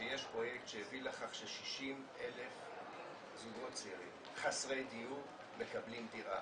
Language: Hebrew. שיש פרויקט שהביא לכך ש-60,000 זוגות צעירים חסרי דיור מקבלים דירה.